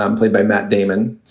um played by matt damon,